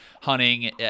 hunting